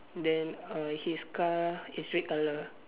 then uh his car is red colour